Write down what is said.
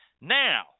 Now –